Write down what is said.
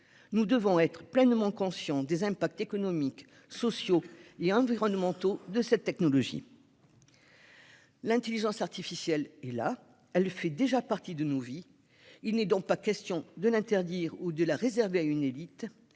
nous devons être pleinement conscients des impacts économiques, sociaux et environnementaux de cette technologie. L'intelligence artificielle est là, elle fait déjà partie de nos vies. Il n'est donc pas question de l'interdire ou de la réserver à une élite.